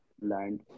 land